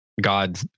God